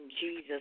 Jesus